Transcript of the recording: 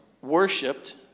worshipped